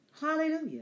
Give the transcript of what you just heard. Hallelujah